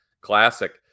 classic